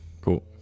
Cool